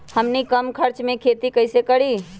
हमनी कम खर्च मे खेती कई से करी?